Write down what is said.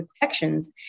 protections